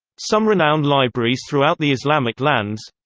some renowned libraries throughout the islamic lands